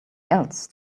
else